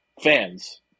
fans